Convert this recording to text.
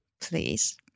please